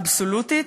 אבסולוטית,